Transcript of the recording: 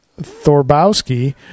Thorbowski